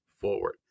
forward